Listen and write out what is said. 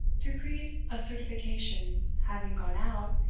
decreet of certification having gone out,